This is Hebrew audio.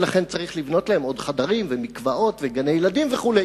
ולכן צריך לבנות להם עוד חדרים ומקוואות וגני-ילדים וכו'.